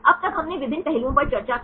अब तक हमने विभिन्न पहलुओं पर चर्चा की